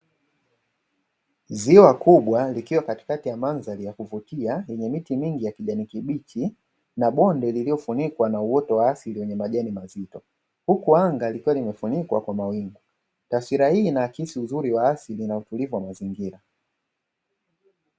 Ziwa kubwa likiwa katikati ya mandhari ya kuvutia yenye miti mingi ya kijani kibichi, na bonde lililofunikwa na uoto wa asili yenye majani mazito, huku anga likiwa limefunikwa kwa mawingu. Taswira hii inaakisi uzuri wa asili na utulivu wa mazingira.